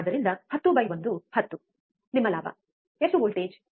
ಆದ್ದರಿಂದ 101 10 ನಿಮ್ಮ ಲಾಭ ಎಷ್ಟು ವೋಲ್ಟೇಜ್